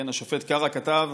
השופט קרא כתב: